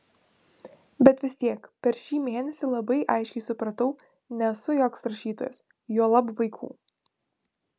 bet vis tiek per šį mėnesį labai aiškiai supratau nesu joks rašytojas juolab vaikų